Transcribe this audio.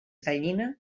gallina